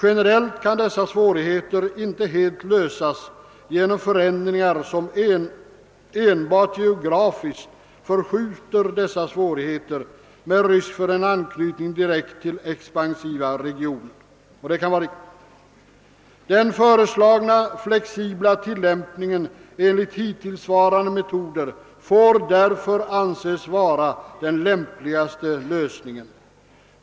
Generellt kan dessa svårigheter inte helt lösas genom förändringar som enbart geografiskt förskjuter dessa svårigheter med risk för en anknytning direkt till expansiva regioner.> Och det kan vara riktigt. Därefter uttalar utskottet: >Den föreslagna flexibla tillämpningen enligt hittillsvarande metoder får därför anses vara den lämpligaste lösningen.